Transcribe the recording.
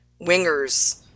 wingers